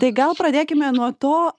tai gal pradėkime nuo to